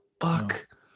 fuck